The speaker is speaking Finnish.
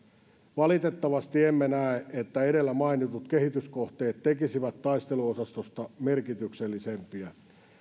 valitettavasti emme näe että edellä mainitut kehityskohteet tekisivät taisteluosastosta merkityksellisemmän